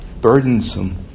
burdensome